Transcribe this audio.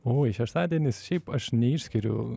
oi šeštadienis šiaip aš neišskiriu